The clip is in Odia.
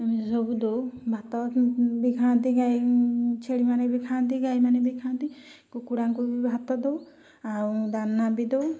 ଏମିତିସବୁ ଦଉ ଭାତ ବି ଖାଆନ୍ତି ଗାଈ ଛେଳିମାନେ ବି ଖାଆନ୍ତି ଗାଈମାନେ ବି ଖାଆନ୍ତି କୁକୁଡ଼ାଙ୍କୁ ବି ଭାତ ଦଉ ଆଉ ଦାନା ବି ଦଉ